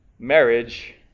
marriage